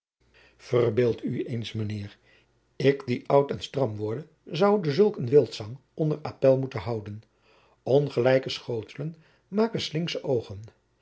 verbeeld u eens mijnheer ik die oud en stram worde zoude zulk een wildzang onder appél moeten houden ongelijke schotelen maken slinksche oogen